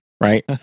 right